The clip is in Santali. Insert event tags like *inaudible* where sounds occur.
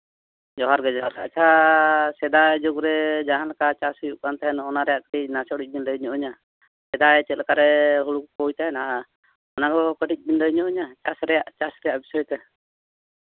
ᱡᱚᱦᱟᱨ ᱜᱮ ᱡᱚᱦᱟᱨ ᱜᱮ ᱟᱪᱪᱷᱟ ᱥᱮᱫᱟᱭ ᱡᱩᱜᱽ ᱨᱮ ᱡᱟᱦᱟᱸ ᱞᱮᱠᱟ ᱪᱟᱥ ᱦᱩᱭᱩᱜ ᱠᱟᱱ ᱛᱟᱦᱮᱱ ᱚᱱᱟᱨᱮᱭᱟᱜ ᱠᱟᱹᱴᱤᱡ *unintelligible* ᱞᱟᱹᱭ ᱧᱚᱜ ᱤᱧᱟᱹ ᱥᱮᱫᱟᱭ ᱪᱮᱫ ᱞᱮᱠᱟ ᱨᱮ ᱦᱩᱲᱩ ᱠᱚᱠᱚ ᱪᱟᱥᱮᱫ ᱛᱟᱦᱮᱱᱟ ᱚᱱᱟᱠᱚ ᱠᱟᱹᱴᱤᱡ ᱵᱤᱱ ᱞᱟᱹᱭ ᱧᱚᱜ ᱤᱧᱟᱹ ᱪᱟᱥ ᱨᱮᱭᱟᱜ ᱪᱟᱥ ᱨᱮᱭᱟᱜ ᱵᱤᱥᱚᱭ ᱛᱮ